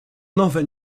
nowe